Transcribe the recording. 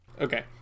Okay